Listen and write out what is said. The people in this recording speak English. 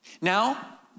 Now